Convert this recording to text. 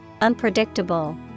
unpredictable